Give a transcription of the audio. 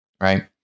Right